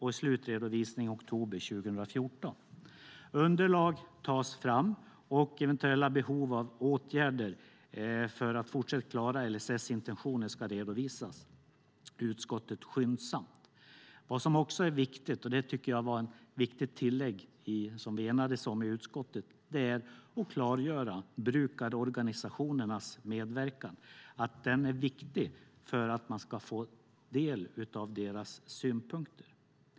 I oktober 2014 kommer slutredovisningen. Underlag tas fram, och eventuella behov av åtgärder för att fortsatt klara intentionerna i LSS ska redovisas för utskottet skyndsamt. Ett viktigt tillägg som vi enades om i utskottet handlar om att klargöra brukarorganisationernas medverkan, som är viktig för att man ska få del av deras synpunkter.